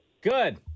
Good